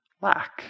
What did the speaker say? lack